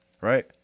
right